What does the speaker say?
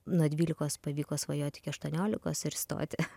nuo dvylikos pavyko svajot iki aštuoniolikos ir įstoti